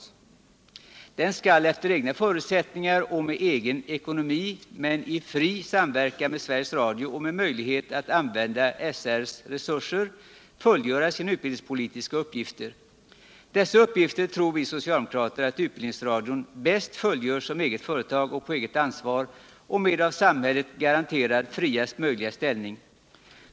Utbildningsradion skall efter egna förutsättningar och med egen ekonomi, men i fri samverkan med Sveriges Radio och med möjlighet att använda SR:s resurser, fullgöra sina utbildningspolitiska uppgifter. Dessa uppgifter tror vi socialdemokrater att utbildningsradion bäst fullgör som eget företag och på eget ansvar och medan samhället garanterar friaste möjliga ställning.